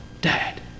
Dad